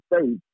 States